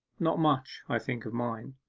not much. i think of mine.